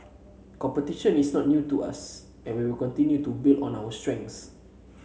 competition is not new to us and we will continue to build on our strengths